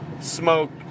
smoke